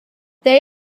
they